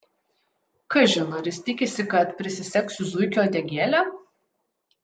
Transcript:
kažin ar jis tikisi kad prisisegsiu zuikio uodegėlę